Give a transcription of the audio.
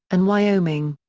and wyoming.